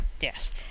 yes